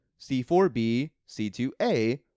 C4B-C2A